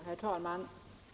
Herr talman!